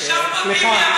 ישב פה טיבי ואמר, סליחה.